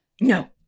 No